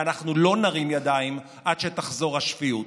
ואנחנו לא נרים ידיים עד שתחזור השפיות.